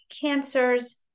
cancers